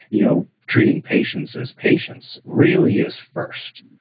you know treating patients as patients really is first,